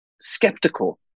skeptical